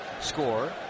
score